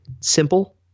simple